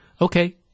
okay